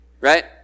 right